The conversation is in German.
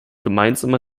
gemeinsame